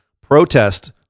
protest